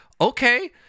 okay